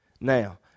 Now